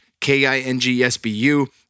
k-i-n-g-s-b-u